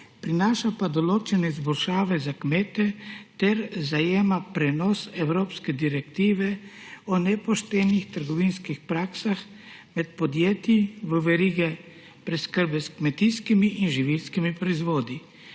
prinaša pa določene izboljšave za kmete ter zajema prenos evropske Direktive o nepoštenih trgovinskih praksah med podjetji v verigi preskrbe s kmetijskimi in živilskimi proizvodi.